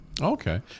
Okay